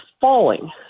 falling